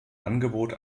angebot